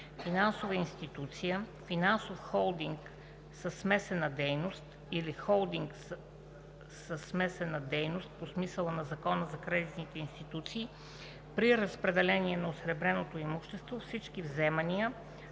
финансова институция, финансов холдинг със смесена дейност или холдинг със смесена дейност по смисъла на Закона за кредитните институции, при разпределение на осребреното имущество всички вземания